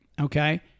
okay